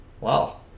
Wow